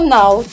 now